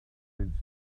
since